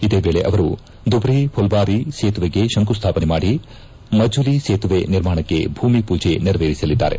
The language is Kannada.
ಇದೇ ವೇಳೆ ಅವರು ಧುಬ್ರಿ ಪುಲ್ವಾರಿ ಸೇತುವೆಗೆ ಶಂಕುಸ್ಥಾಪನೆ ಮಾಡಿ ಮಜಲಿ ಸೇತುವೆ ನಿರ್ಮಾಣಕ್ಕೆ ಭೂಮಿ ಪೂಜೆ ನೆರವೇರಿಸಲಿದ್ದಾರೆ